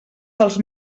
dels